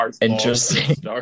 interesting